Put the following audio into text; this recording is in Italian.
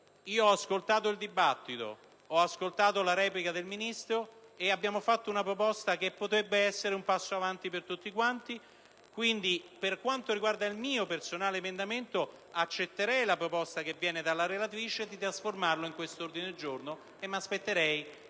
Ho ascoltato il dibattito, ho ascoltato la replica del Ministro e abbiamo fatto una proposta che potrebbe essere un passo avanti per tutti. Per quanto riguarda l'emendamento da me presentato, accetterei la proposta che viene dalla relatrice di trasformarlo nell'ordine del giorno il cui testo